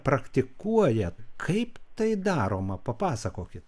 praktikuoja kaip tai daroma papasakokit